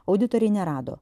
auditoriai nerado